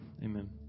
Amen